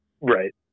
Right